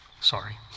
Sorry